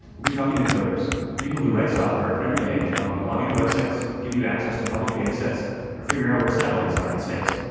we'll be talking to coders people who write software everyday to help you log into web sites give you access to public data sets or figure out where satellites are in space.